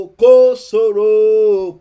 kosoro